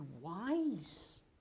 wise